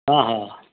हा हा